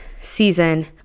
season